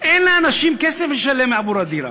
אין לאנשים כסף לשלם עבור הדירה.